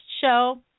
show